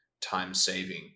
time-saving